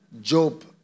Job